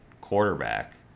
quarterback